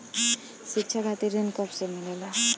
शिक्षा खातिर ऋण कब से मिलेला?